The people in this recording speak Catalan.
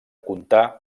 contar